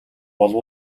болов